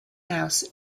house